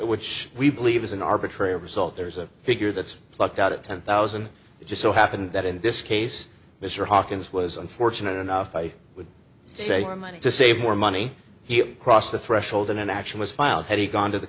which we believe is an arbitrary result there's a figure that's plucked out at ten thousand just so happened that in this case mr hawkins was unfortunate enough i would say the money to save more money he crossed the threshold in an action was filed had he gone to the